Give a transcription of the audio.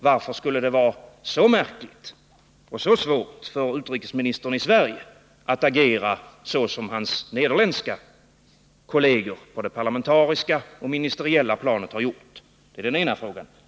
Varför skulle det vara så svårt för utrikesministern i Sverige att agera såsom hans nederländska kolleger på det parlamentariska och ministeriella planet har gjort? — Det är den ena frågan.